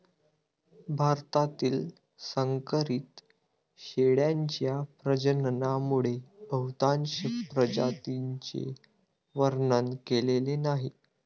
भारतातील संकरित शेळ्यांच्या प्रजननामुळे बहुतांश प्रजातींचे वर्णन केलेले नाही